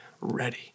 ready